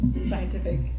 scientific